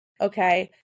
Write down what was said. Okay